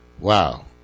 Wow